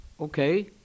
Okay